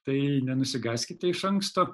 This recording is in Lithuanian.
tai nenusigąskite iš anksto